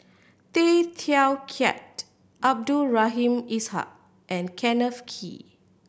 Tay Teow Kiat Abdul Rahim Ishak and Kenneth Kee